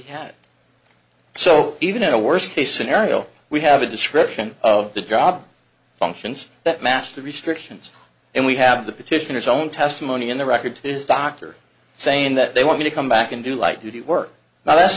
had so even in a worst case scenario we have a description of the job functions that match the restrictions and we have the petitioners own testimony in the record to this doctor saying that they want to come back and do like you do work